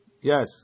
Yes